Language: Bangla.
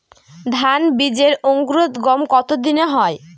ধান বীজের অঙ্কুরোদগম কত দিনে হয়?